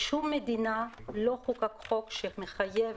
בשום מדינה לא נחקק חוק שמחייב